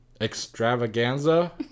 Extravaganza